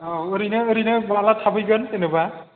औ ओरैनो ओरैनो माला थाफैगोन जेनेबा